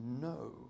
no